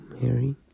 Mary